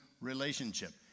relationship